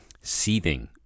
seething